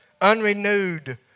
unrenewed